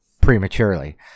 prematurely